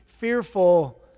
fearful